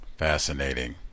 Fascinating